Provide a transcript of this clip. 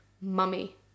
mummy